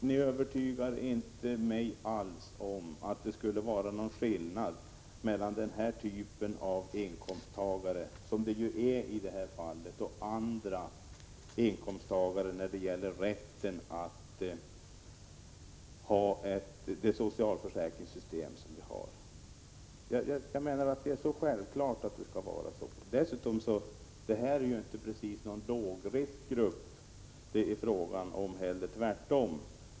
Ni övertygar inte mig alls om att det skulle vara någon skillnad mellan dem som har inkomst av sitt idrottsutövande och andra inkomsttagare när det gäller socialförsäkringssystemet. Det är självklart att det skall råda likställdhet härvidlag. Dessutom är idrottsutövarna inte precis någon lågriskgrupp utan tvärtom.